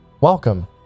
Welcome